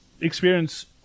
experience